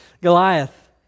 Goliath